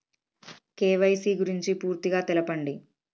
KYC గురించి పూర్తిగా తెలపండి?